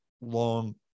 long